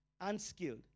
unskilled